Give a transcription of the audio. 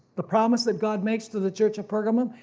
the promise that god makes to the church at pergamum.